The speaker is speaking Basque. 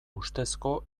ustezko